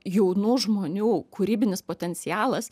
jaunų žmonių kūrybinis potencialas